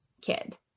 kid